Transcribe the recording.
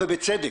ובצדק,